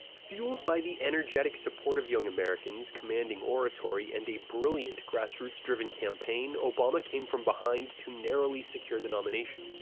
fueled by the energetic support of young americans, commanding oratory, and a brilliant grassroots-driven campaign, obama came from behind to narrowly secure the nomination.